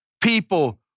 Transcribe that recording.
people